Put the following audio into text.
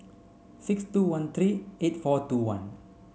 six two one three eight four two one